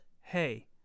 Hey